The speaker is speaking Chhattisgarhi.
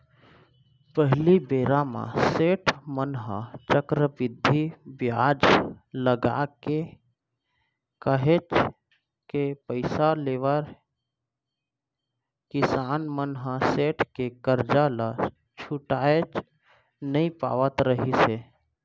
पहिली बेरा म सेठ मन ह चक्रबृद्धि बियाज लगाके काहेच के पइसा लेवय किसान मन ह सेठ के करजा ल छुटाएच नइ पावत रिहिस हे